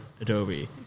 Adobe